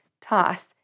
Toss